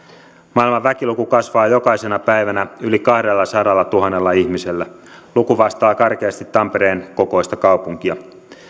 maailman väkiluku kasvaa jokaisena päivänä yli kahdellasadallatuhannella ihmisellä luku vastaa karkeasti tampereen kokoista kaupunkia